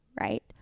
right